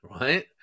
right